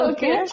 Okay